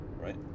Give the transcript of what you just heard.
right